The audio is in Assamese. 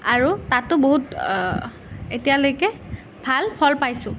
আৰু তাতো বহুত এতিয়ালৈকে ভাল ফল পাইছোঁ